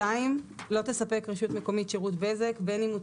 "(2)לא תספק רשות מקומית שירות בזק בין אם הוא